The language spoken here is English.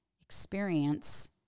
experience